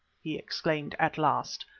he exclaimed at last,